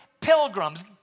pilgrims